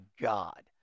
god